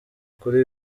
kuri